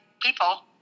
people